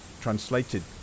translated